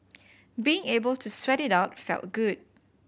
being able to sweat it out felt good